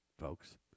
folks